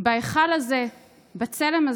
כי בהיכל הזה אנחנו